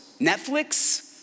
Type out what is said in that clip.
Netflix